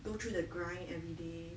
go through the grind and everyday